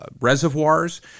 reservoirs